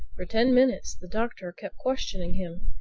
for ten minutes the doctor kept questioning him.